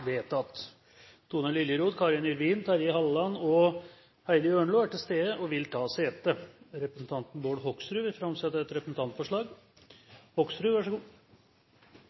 Tone Liljeroth, Karin Yrvin, Terje Halleland og Heidi Ørnlo er til stede og vil ta sete. Representanten Bård Hoksrud vil framsette et representantforslag.